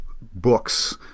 books